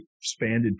expanded